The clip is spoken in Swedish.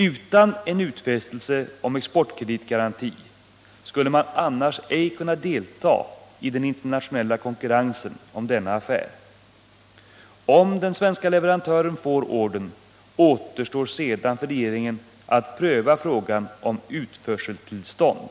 Utan en utfästelse om exportkreditgaranti skulle man annars ej kunna delta i den internationella konkurrensen om denna affär. Om den svenske leverantören får ordern återstår sedan för regeringen att pröva frågan om utförseltillstånd.